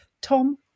Tom